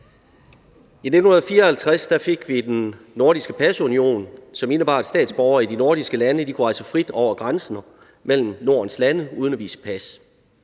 I 1954 fik vi den nordiske pasunion, som indebar, at statsborgere i de nordiske lande kunne rejse frit over grænserne mellem Nordens lande uden at skulle vise pas.